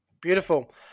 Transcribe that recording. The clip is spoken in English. beautiful